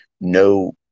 no